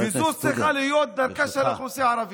זו צריכה להיות דרכה של האוכלוסייה הערבית.